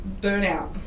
burnout